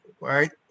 right